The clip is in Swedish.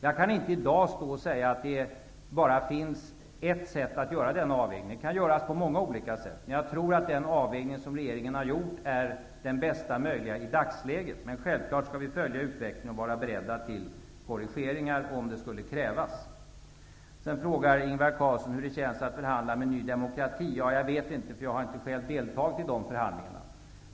Jag kan i dag inte stå och säga att det bara finns ett sätt att göra denna avvägning. Den kan göras på många olika sätt. Men jag tror att den avvägning som regeringen har gjort är den bästa möjliga i dagsläget. Men vi skall självfallet följa utvecklingen och vara beredda till korrigeringar om sådana skulla krävas. Sedan frågade Ingvar Carlsson hur det känns att förhandla med Ny demokrati. Jag vet inte, eftersom jag inte själv har deltagit i dessa förhandlingar.